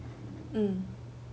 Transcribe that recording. mm